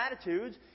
attitudes